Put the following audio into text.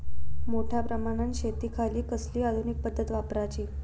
मोठ्या प्रमानात शेतिखाती कसली आधूनिक पद्धत वापराची?